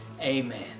amen